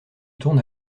tourne